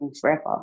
forever